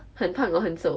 很胖 or 很瘦